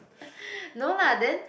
no lah then